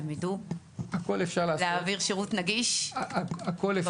שהם יידעו להעביר שירות נגיש בבית?